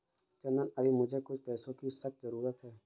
चंदन अभी मुझे कुछ पैसों की सख्त जरूरत है